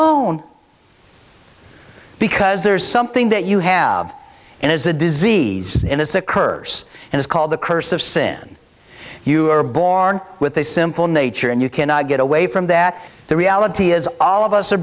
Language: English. own because there's something that you have and as the disease in this occurs and it's called the curse of sin you are born with a simple nature and you cannot get away from that the reality is all of us are